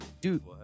Dude